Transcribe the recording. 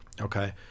okay